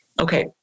okay